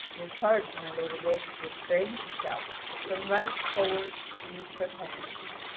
is hard for my lord yvain to restrain himself from running forward to seize her hands.